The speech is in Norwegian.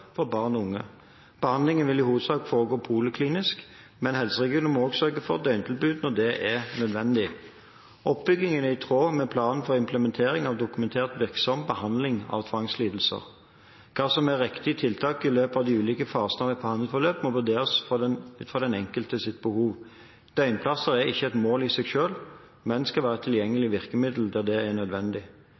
for barn og unge. Behandlingen vil i hovedsak foregå poliklinisk, men helseregionene må også sørge for døgntilbud når det er nødvendig. Oppbyggingen er i tråd med planen for implementering av dokumentert virksom behandling av tvangslidelser. Hva som er riktig tiltak i løpet av de ulike fasene av et behandlingsforløp, må vurderes ut fra den enkeltes behov. Døgnplasser er ikke et mål i seg selv, men skal være et tilgjengelig virkemiddel der det er nødvendig.